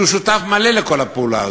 שהוא שותף מלא לכל הפעולה הזאת.